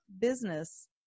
business